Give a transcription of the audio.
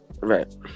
Right